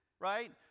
right